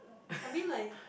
I mean like